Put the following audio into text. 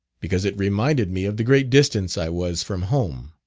because it reminded me of the great distance i was from home.